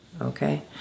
Okay